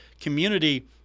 community